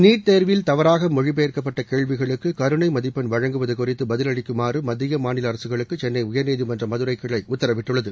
NEET தேர்வில் தவறாக மொழிபெயர்க்கப்பட்ட கேள்விகளுக்கு கருணை மதிப்பெண் வழங்குவது குறித்து பதிலளிக்குமாறு மத்திய மாநில அரசுகளுக்கு சென்னை உயர்நீதிமன்ற மதுரை கிளை உத்தரவிட்டுள்ளது